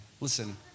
listen